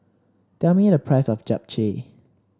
tell me the price of Japchae